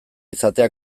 izatea